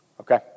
okay